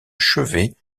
chevet